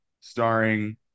starring